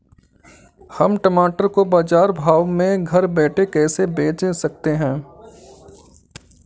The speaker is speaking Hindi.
हम टमाटर को बाजार भाव में घर बैठे कैसे बेच सकते हैं?